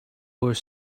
were